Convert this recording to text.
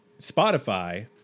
Spotify